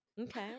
Okay